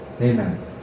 Amen